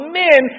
men